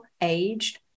aged